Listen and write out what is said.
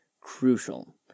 crucial